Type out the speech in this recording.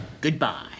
Goodbye